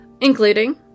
including